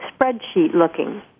spreadsheet-looking